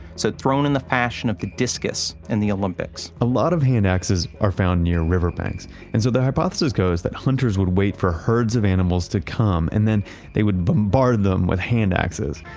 so thrown in the passion of the discus in the olympics a lot of hand axes are found near riverbanks and so the hypothesis goes that hundreds would wait for herds of animals to come and then they would bombard them with hand axes.